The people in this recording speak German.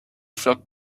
flockt